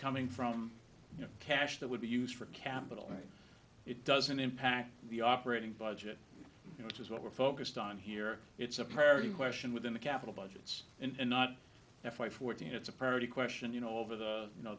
coming from you know cash that would be used for capital it doesn't impact the operating budget which is what we're focused on here it's a parity question within the capital budgets and not the five fourteen it's a priority question you know over the you know